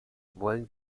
wollen